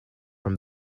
from